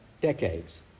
decades